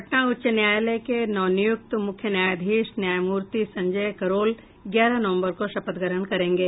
पटना उच्च न्यायालय के नवनियुक्त मुख्य न्यायाधीश न्यायमूर्ति संजय करोल ग्यारह नवम्बर को शपथ ग्रहण करेंगे